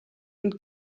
und